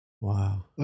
Wow